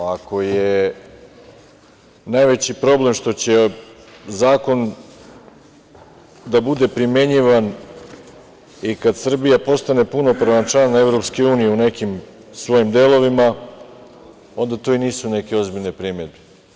Ako je najveći problem što će zakon da bude primenjivan i kada Srbije postane punopravni član EU u nekim svojim delovima, onda to i nisu neke ozbiljne primedbe.